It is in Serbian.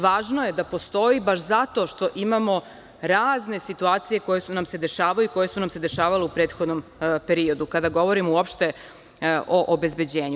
Važno je da postoji, baš zato što imamo razne situacije koje nam se dešavaju i koje su nam se dešavale u prethodnom periodu, kada govorimo uopšte o obezbeđenju.